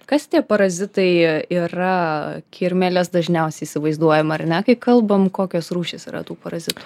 kas tie parazitai yra kirmėles dažniausiai įsivaizduojam ar ne kai kalbam kokios rūšys yra tų parazitų